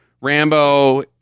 Rambo